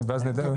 ואז נדע.